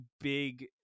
big